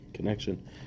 Connection